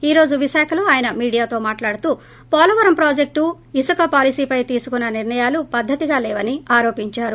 ఈ రోజు విశాఖలో ఆయన మీడియాతో మాట్లాడుతూ పోలవరం ప్రాజెక్టు ఇసుక పాలసీ పై తీసుకున్న నిర్ణయాలు పద్దతిగా లేవని ఆరోపించారు